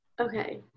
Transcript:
okay